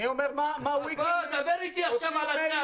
אני אומר מה ויקיליקס -- דבר איתי עכשיו על הצו.